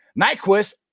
Nyquist